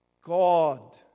God